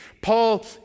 Paul